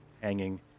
hanging